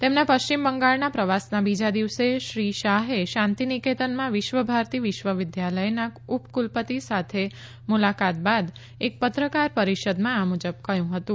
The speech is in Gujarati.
તેમના પશ્ચિમ બંગાળના પ્રવાસના બીજા દિવસે શ્રી શાહે શાંતી નિકેતનમાં વિશ્વભારતી વિશ્વ વિદ્યાલયના ઉપકુલપતિ સાથે મુલાકાત બાદ એક પત્રકાર પરીષદમાં આ મુજબ કહથું હતું